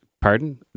Pardon